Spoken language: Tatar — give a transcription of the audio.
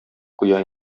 куя